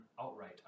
outright